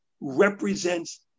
represents